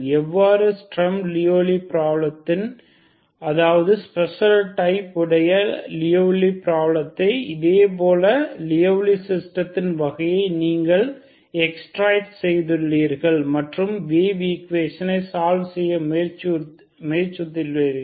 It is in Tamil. எவ்வாறு ஸ்ட்ரம் லீயவ்லி பிராபலத்தின் அதாவது ஸ்பெஷல் டைப் உடைய லீயவ்லி ப்ராப்ளத்தை அதேபோல லீயவ்லி சிஸ்டத்தின் வகையை நீங்கள் எக்ஸ்ட்ராக்ட் செய்துள்ளீர்கள் மற்றும் வேவ் ஈக்குவேஷனை சால்வ் செய்ய முயற்சி செய்துள்ளீர்கள்